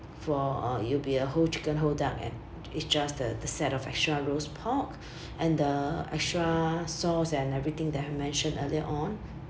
for uh it will be a whole chicken whole duck and it's just the the set of extra roast pork and the extra sauce and everything that I mentioned earlier on